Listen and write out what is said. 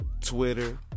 Twitter